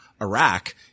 Iraq